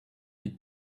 eat